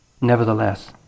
Nevertheless